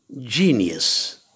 genius